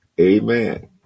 Amen